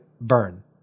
burn